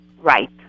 Right